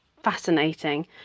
fascinating